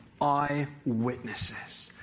eyewitnesses